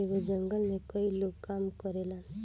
एगो जंगल में कई लोग काम करेलन